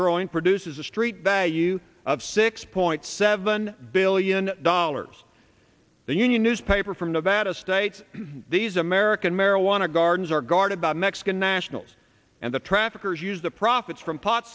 growing produces a street value of six point seven billion dollars the union newspaper from nevada states these american marijuana gardens are guarded by mexican nationals and the traffickers use the profits from pot